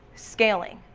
scaling.